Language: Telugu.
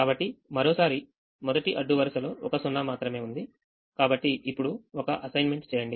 కాబట్టి మరోసారి మొదటి అడ్డు వరుసలో ఒక 0 మాత్రమే ఉంది కాబట్టి ఇప్పుడు ఒకఅసైన్మెంట్ చేయండి